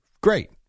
Great